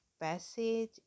passage